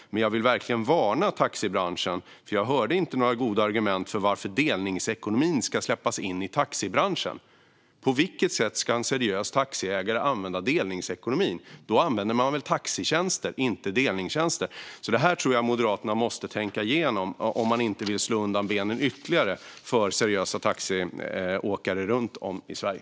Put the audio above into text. Jag vill dock verkligen varna taxibranschen, för jag hörde inte några goda argument för varför delningsekonomin ska släppas in i taxibranschen. På vilket sätt ska en seriös taxiägare utnyttja delningsekonomin? Då använder man väl taxitjänster, inte delningstjänster. Detta tror jag att Moderaterna måste tänka igenom om man inte vill slå undan benen ytterligare för seriösa taxiåkare runt om i Sverige.